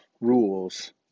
rules